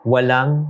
Walang